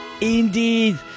Indeed